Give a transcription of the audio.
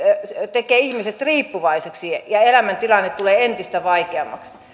tekee ihmiset riippuvaiseksi ja elämäntilanne tulee entistä vaikeammaksi